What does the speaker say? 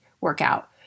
workout